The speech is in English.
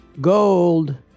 Gold